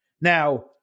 Now